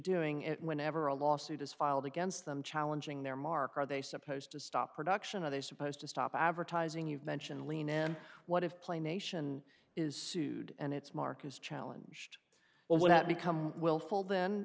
doing it whenever a lawsuit is filed against them challenging their mark are they supposed to stop production are they supposed to stop advertising you've mentioned leno and what have play nation is sued and its mark is challenge to well with that become willful then